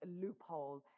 loophole